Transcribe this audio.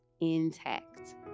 intact